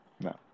No